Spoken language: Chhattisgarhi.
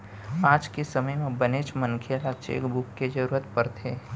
आज के समे म बनेच मनसे ल चेकबूक के जरूरत परथे